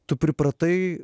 tu pripratai